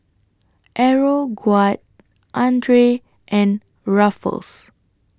Aeroguard Andre and Ruffles